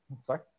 sorry